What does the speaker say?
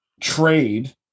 trade